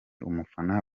umufana